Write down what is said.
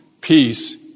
peace